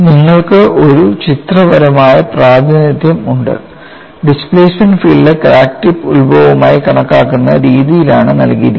നിങ്ങൾക്ക് ഒരു ചിത്രപരമായ പ്രാതിനിധ്യം ഉണ്ട് ഡിസ്പ്ലേസ്മെന്റ് ഫീൽഡ് ക്രാക്ക് ടിപ്പ് ഉത്ഭവമായി കണക്കാക്കുന്ന രീതിയിലാണ് നൽകിയിരിക്കുന്നത്